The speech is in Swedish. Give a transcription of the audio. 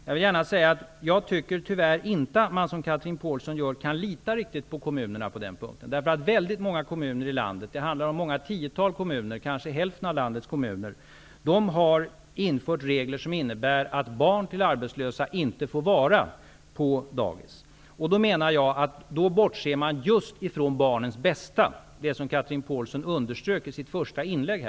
Jag vill gärna säga att jag tyvärr inte tycker som Chatrine Pålsson, att man riktigt kan lita på kommunerna på den punkten. Väldigt många kommuner i landet -- det handlar om många tiotal kommuner, kanske hälften av landets kommuner -- har infört regler som innebär att barn till arbetslösa inte får vara på dagis. Då bortser man just från barnens bästa, det som Chatrine Pålsson underströk i sitt första inlägg.